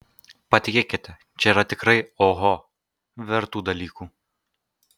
patikėkite čia yra tikrai oho vertų dalykų